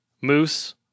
moose